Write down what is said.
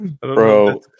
Bro